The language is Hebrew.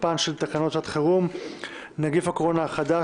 תוקפן של תקנות שעת חירום (נגיף הקורונה החדש,